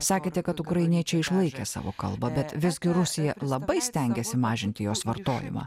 sakėte kad ukrainiečiai išlaikė savo kalbą bet visgi rusija labai stengėsi mažinti jos vartojimą